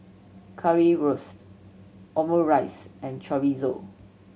Currywurst Omurice and Chorizo